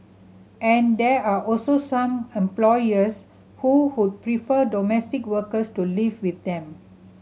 and there are also some employers who would prefer domestic workers to live with them